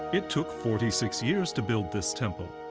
it took forty six years to build this temple,